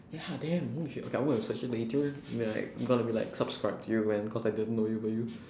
ya damn !oh! shit okay I'm going to search for your youtube and be like going to be like subscribe to you man cause I didn't know you about you